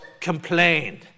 complained